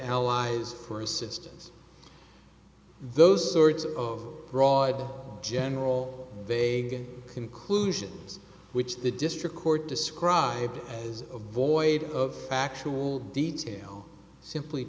allies for assistance those sorts of broad general vegan conclusions which the district court described as a void of factual detail simply